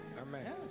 amen